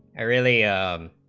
i really um